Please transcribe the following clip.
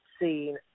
seen